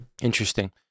Interesting